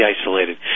isolated